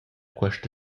questa